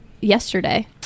yesterday